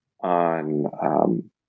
on